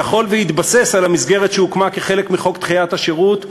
שיכול שיתבסס על המסגרת שהוקמה כחלק מחוק דחיית השירות,